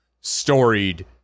storied